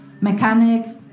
mechanics